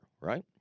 right